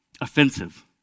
offensive